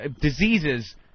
diseases